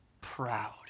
proud